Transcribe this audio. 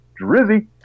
Drizzy